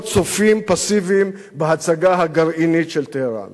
צופים פסיביים בהצגה הגרעינית של טהרן.